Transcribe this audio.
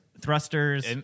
thrusters